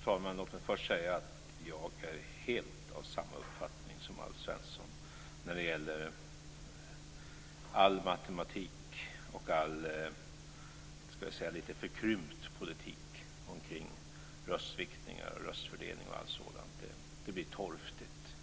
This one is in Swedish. Fru talman! Låt mig först säga att jag är helt av samma uppfattning som Alf Svensson när det gäller all matematik och den lite förkrympta politiken omkring röstviktningar, röstfördelning och allt sådant. Det blir torftigt.